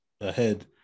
ahead